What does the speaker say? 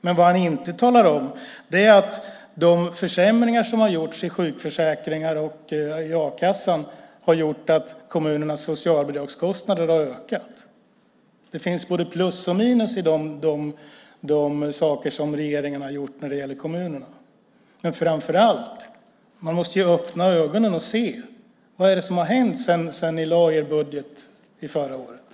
Men vad han inte talar om är att de försämringar som har gjorts i sjukförsäkringar och a-kassan har gjort att kommunernas socialbidragskostnader har ökat. Det finns både plus och minus i de saker som regeringen har gjort när det gäller kommunerna. Framför allt måste ni öppna ögonen och se vad det är som har hänt sedan ni lade fram er budget förra året.